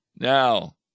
Now